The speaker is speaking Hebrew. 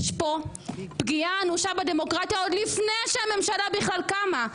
יש פה פגיעה אנושה בדמוקרטיה עוד לפני שהממשלה בכלל קמה.